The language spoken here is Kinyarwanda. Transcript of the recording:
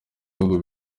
bihugu